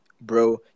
Bro